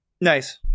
Nice